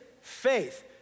faith